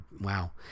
wow